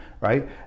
right